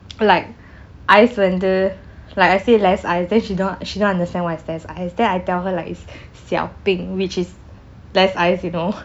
like ice வந்து:vanthu like I say less ice then she don't she don't understand what is less ice then I tell her like is which is less ice you know